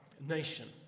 nation